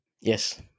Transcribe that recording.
Yes